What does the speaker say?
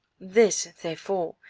this, therefore,